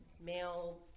male